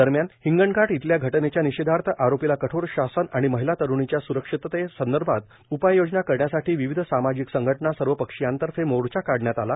दरम्यान हिंगणघाट इथल्या घटनेच्या निषेधार्थ आरोपीला कठोर शासन आणि महिला तरुणींच्या सुरक्षिततेसंदर्भात उपाययोजना करण्यासाठी विविध सामाजिक संघटना सर्व पक्षीयांतर्फे मोर्चा काढण्यात आला